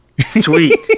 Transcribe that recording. Sweet